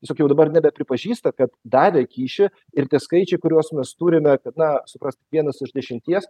tiesiog jau dabar nebepripažįsta kad davė kyšį ir tie skaičiai kuriuos mes turime kad na suprask vienas iš dešimties